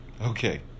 Okay